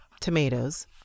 tomatoes